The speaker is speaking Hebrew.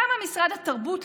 למה משרד התרבות,